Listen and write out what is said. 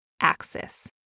axis